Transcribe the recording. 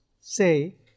say